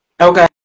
Okay